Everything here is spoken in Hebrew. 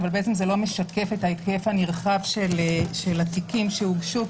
אבל זה לא משקף את ההיקף הנרחב של התיקים שהוגשו,